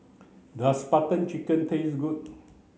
does Butter Chicken taste good